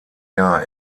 jahr